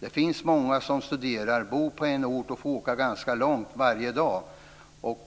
Det finns många som studerar som bor på annan ort och får åka ganska långt varje dag.